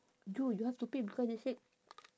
you you have to pay because they said